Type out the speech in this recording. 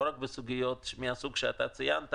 לא רק בסוגיות מהסוג שציינת,